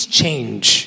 change